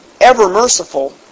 ever-merciful